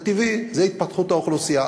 זה טבעי, זו התפתחות האוכלוסייה.